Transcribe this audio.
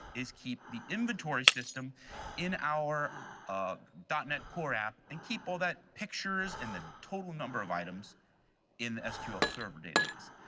is keep the inventory system in our dot net core app, and keep all that pictures and the total number of items in the sql server database.